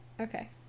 Okay